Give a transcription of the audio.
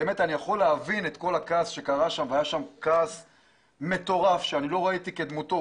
אני באמת יכול להבין את כל הכעס המטורף שהיה שם שלא ראיתי כמותו.